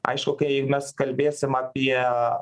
aišku kai mes kalbėsim apie